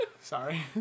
sorry